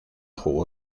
jugó